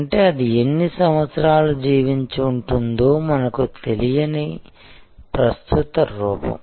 అంటే అది ఎన్ని సంవత్సరాలు జీవించి ఉంటుందో మనకు తెలియని ప్రస్తుత రూపం